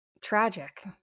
tragic